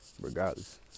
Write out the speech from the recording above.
regardless